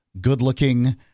good-looking